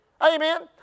Amen